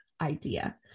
idea